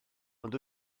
ond